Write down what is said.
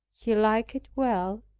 he liked it well.